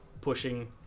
pushing